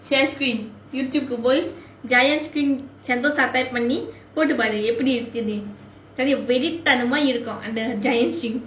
share screen YouTube போய்:poi giant swing sentosa type பண்ணி போட்டு பாரு எப்படி இருக்குன்னு வெறித்தனமா இருக்கும் அந்த:panni pottu paaru eppadi irukkunnnu verithanamaa irukkom antha giant swing